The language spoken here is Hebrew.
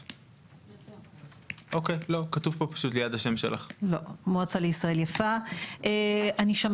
עלינו לדבר על חינוך והסברה וזה הקול שהיה חלש במפגש היום.